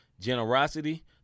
generosity